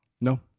No